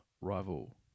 Rival